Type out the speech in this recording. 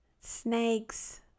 snakes